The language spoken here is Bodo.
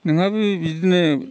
नोंहाबो बिदिनो